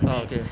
ah okay